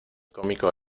cómico